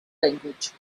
language